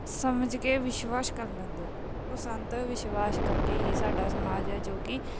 ਸਮਝ ਕੇ ਵਿਸ਼ਵਾਸ ਕਰ ਲੈਂਦੇ ਆ ਉਸ ਅੰਧ ਵਿਸ਼ਵਾਸ ਕਰਕੇ ਹੀ ਸਾਡਾ ਸਮਾਜ ਹੈ ਜੋ ਕਿ